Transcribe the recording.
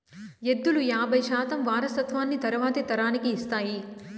ఎద్దులు యాబై శాతం వారసత్వాన్ని తరువాతి తరానికి ఇస్తాయి